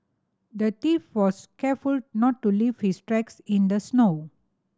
the thief was careful not to leave his tracks in the snow